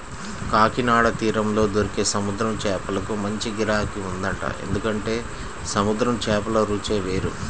కాకినాడ తీరంలో దొరికే సముద్రం చేపలకు మంచి గిరాకీ ఉంటదంట, ఎందుకంటే సముద్రం చేపల రుచే వేరు